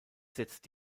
setzt